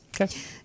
Okay